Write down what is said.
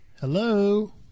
Hello